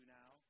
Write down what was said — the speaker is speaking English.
now